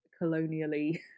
colonially